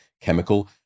chemical